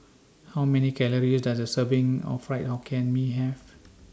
How Many Calories Does A Serving of Fried Hokkien Mee Have